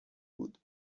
بود